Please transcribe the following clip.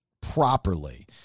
properly